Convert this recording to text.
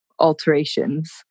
alterations